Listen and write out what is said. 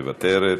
מוותרת,